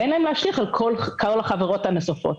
ואין בהם להשליך על כלל החברות הנוספות.